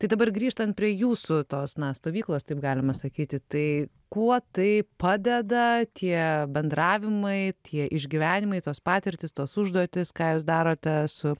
tai dabar grįžtant prie jūsų tos na stovyklos taip galima sakyti tai kuo tai padeda tie bendravimai tie išgyvenimai tos patirtys tos užduotys ką jūs darote su